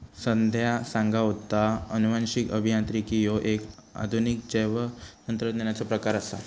संध्या सांगा होता, अनुवांशिक अभियांत्रिकी ह्यो एक आधुनिक जैवतंत्रज्ञानाचो प्रकार आसा